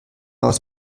aus